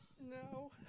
No